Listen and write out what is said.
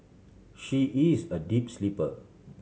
she is a deep sleeper